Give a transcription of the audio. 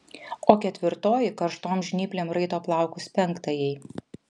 o ketvirtoji karštom žnyplėm raito plaukus penktajai